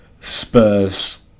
Spurs